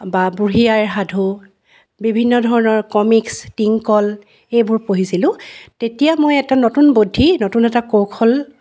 বা বুঢ়ী আইৰ সাধু বিভিন্ন ধৰণৰ কমিকচ্ টিংকল এইবোৰ পঢ়িছিলোঁ তেতিয়া মই এটা নতুন বুদ্ধি নতুন এটা কৌশল